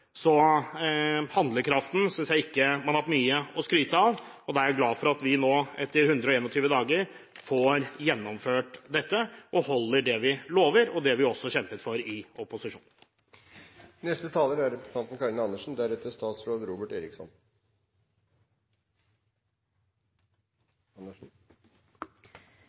Så handlekraften synes jeg ikke har vært mye å skryte av, og da er jeg glad for at vi nå etter 121 dager får gjennomført dette og holder det vi lover, og også det vi kjempet for i opposisjon. Jeg synes nesten det er